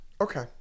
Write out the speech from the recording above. Okay